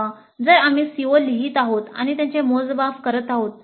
" जर आम्ही CO लिहित आहोत आणि त्यांचे मोजमाप करत आहोत